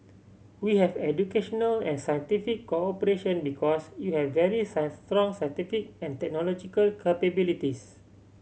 we have educational and scientific cooperation because you have very strong scientific and technological capabilities